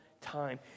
time